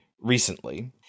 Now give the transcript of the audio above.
recently